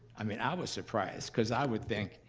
i mean, i was surprised because i would think,